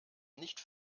nicht